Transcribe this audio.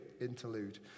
interlude